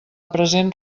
present